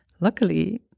luckily